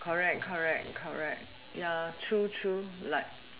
correct correct correct ya true true like